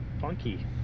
funky